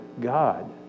God